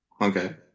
Okay